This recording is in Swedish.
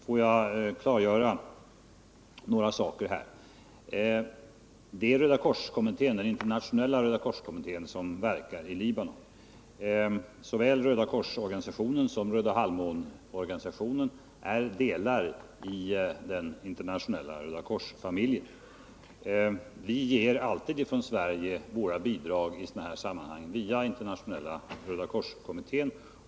Får jag här klargöra några saker. Det är internationella Rödakorskommittén som verkar i Libanon. Såväl Rödakorsorganisationen som organisationen Röda halvmånen är delar av den internationella Rödakorsfamiljen. Från Sverige ger vi i sådana här sammanhang alltid våra bidrag via Internationella Rödakorskommittén.